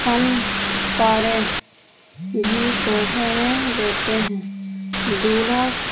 فن پارے بھی تحفے میں دیتے ہیں دولہا